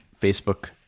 Facebook